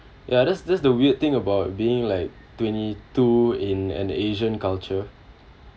ya that's that's the weird thing about being like twenty two in an asian culture